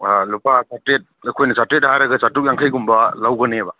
ꯂꯨꯄꯥ ꯆꯥꯇ꯭ꯔꯦꯠ ꯑꯩꯈꯣꯏꯅ ꯆꯥꯇ꯭ꯔꯦꯠ ꯍꯥꯏꯔꯒ ꯆꯥꯇ꯭ꯔꯨꯛ ꯌꯥꯡꯈꯩꯒꯨꯝꯕ ꯂꯧꯒꯅꯦꯕ